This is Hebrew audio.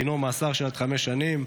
דינו מאסר של עד חמש שנים.